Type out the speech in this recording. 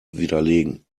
widerlegen